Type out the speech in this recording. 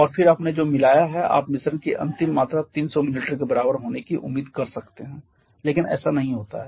और फिर आपने जो मिलाया है आप मिश्रण की अंतिम मात्रा 300 मिलीलीटर के बराबर होने की उम्मीद कर सकते हैं लेकिन ऐसा नहीं होता है